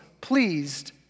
pleased